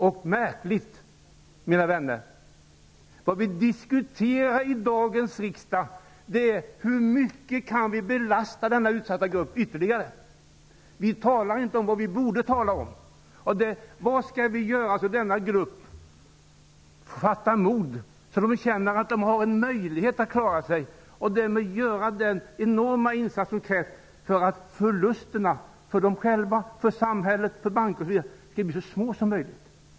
Det är märkligt, mina vänner. Vi diskuterar i dag i riksdagen hur mycket vi kan belasta denna utsatta grupp ytterligare. Vi talar inte om vad vi borde tala om. Vad skall vi göra så att människor i denna grupp kan fatta mod och känna att det finns en möjlighet för dem att klara sig och så att förlusterna för dem själva, samhället, banker osv. blir så små som möjligt?